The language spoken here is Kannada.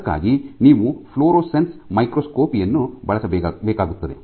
ಅದಕ್ಕಾಗಿ ನೀವು ಫ್ಲೋರೊಸೆನ್ಸ್ ಮೈಕ್ರೋಸ್ಕೋಪಿ ಯನ್ನು ಬಳಸಬೇಕಾಗುತ್ತದೆ